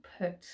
put